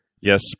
Yes